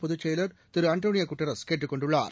பொதுச் செயலர் திருஅண்டோணியோகுட்டரஸ்கேட்டுக் கொண்டுள்ளார்